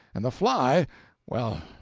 and the fly well,